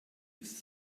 ist